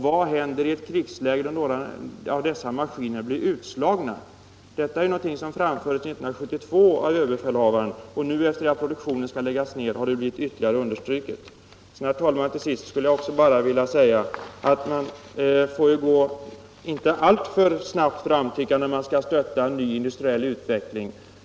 Vad händer i ett krigsläge om några av dessa — Om försvarets inköp maskiner blir utslagna? Detta är någonting som aktualiserades 1972 av = av datorer överbefälhavaren, och nu när produktionen skall läggas ned har det ytterligare understrukits. Herr talman! Till sist skulle jag vilja säga att man inte får gå alltför snabbt fram när man skall stötta en ny industriell utveckling.